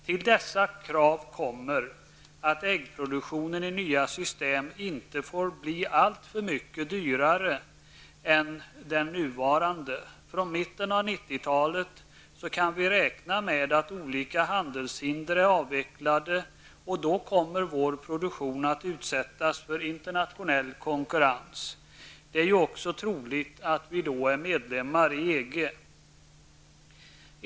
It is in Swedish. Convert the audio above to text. Till dessa krav kommer att äggproduktionen i nya system inte får bli alltför mycket dyrare än i det nuvarande. Från mitten av 90-talet kan vi räkna med att olika handelshinder är avvecklade, och då kommer vår produktion att utsättas för internationell konkurrens. Det är ju också troligt att vi då är medlemmar i EG.